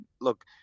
look